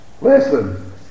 Listen